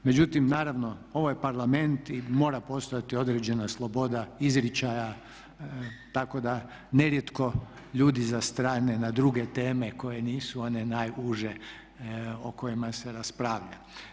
Međutim, naravno ovo je Parlament i mora postojati određena sloboda izričaja, tako da nerijetko ljudi zastrane na druge teme koje nisu one najuže o kojima se raspravlja.